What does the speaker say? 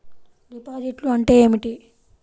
డిపాజిట్లు అంటే ఏమిటి?